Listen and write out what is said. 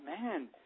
man